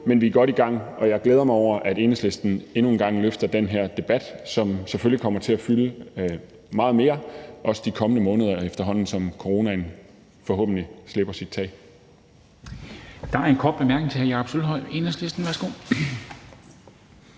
men vi er godt i gang, og jeg glæder mig over, at Enhedslisten endnu en gang løfter den her debat, som selvfølgelig kommer til at fylde meget mere, også de kommende måneder, efterhånden som coronaen forhåbentlig slipper sit tag.